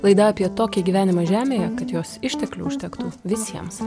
laida apie tokį gyvenimą žemėje kad jos išteklių užtektų visiems